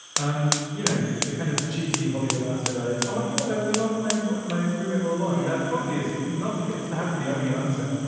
um you know, the kind of cheesy hollywood answer to that is, oh, my god, i was in love with and my my roommate all along. and that probably is not like it doesn't have to be the only answer.